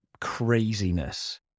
craziness